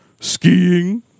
Skiing